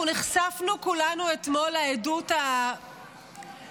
אנחנו נחשפנו כולנו אתמול לעדות הקשה